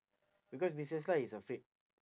because missus lai is afraid